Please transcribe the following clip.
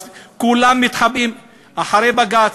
אז כולם מתחבאים מאחורי בג"ץ,